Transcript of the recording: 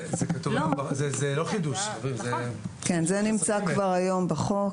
זה נמצא כבר היום בחוק.